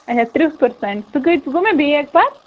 اچھا تٕرٛہ پٔرسَنٛٹ سُہ کۭتِس گوٚو مےٚ بیگ پَتہٕ